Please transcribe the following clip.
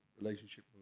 relationship